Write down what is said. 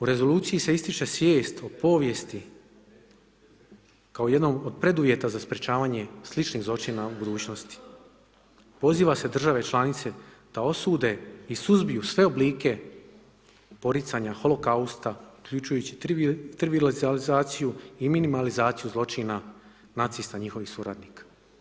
U rezoluciji se ističe svijest o povijesti kao jednom od preduvjeta za sprečavanje sličnih zločina u budućnosti, poziva se države članice da osude i suzbiju sve oblike poricanja holokausta uključujući trivivalizaciju i mimalizaciju zločina nacista i njihovih suradnika.